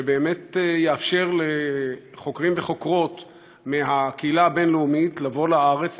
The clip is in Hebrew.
שבאמת יאפשר לחוקרים וחוקרות מהקהילה הבין-לאומית לבוא לארץ,